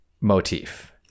motif